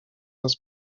nas